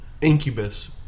Incubus